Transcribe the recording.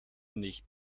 nicht